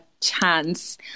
chance